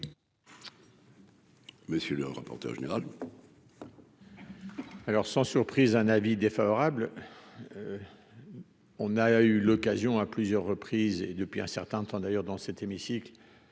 Monsieur le rapporteur général. Alors, sans surprise, un avis défavorable, on a eu l'occasion à plusieurs reprises et depuis un certain temps d'ailleurs dans cet hémicycle